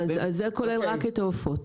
אז זה כולל רק את העופות.